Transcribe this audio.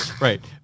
Right